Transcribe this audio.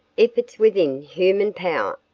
if it's within human power,